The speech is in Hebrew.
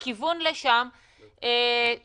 המציע במכרז לא ישתמש בכוח אדם שמשרת את